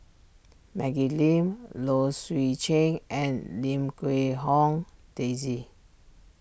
Maggie Lim Low Swee Chen and Lim Quee Hong Daisy